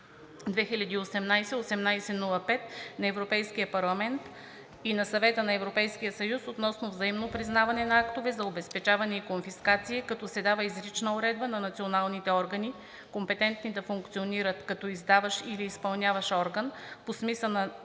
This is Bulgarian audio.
парламент и на Съвета на Европейския съюз относно взаимното признаване на актове за обезпечаване и конфискация, като се дава изрична уредба на националните органи, компетентни да функционират като издаващ или изпълняващ орган по смисъла на